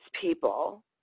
people